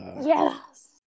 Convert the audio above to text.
Yes